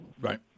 Right